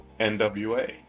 NWA